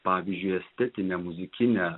pavyzdžiui estetinę muzikinę